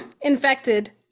infected